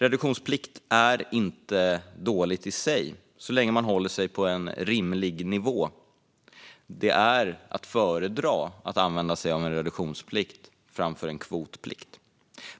Reduktionsplikt är inte dåligt i sig, så länge man håller sig på en rimlig nivå. Att använda sig av reduktionsplikt är att föredra framför en kvotplikt.